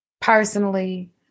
personally